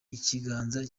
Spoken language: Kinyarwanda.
ikiganza